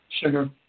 sugar